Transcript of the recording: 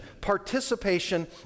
participation